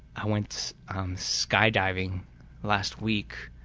i went skydiving last week